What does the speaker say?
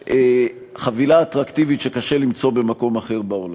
יתפתח, זה נוח.